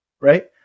right